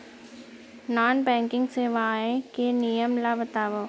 Non banking सेवाएं के नियम ला बतावव?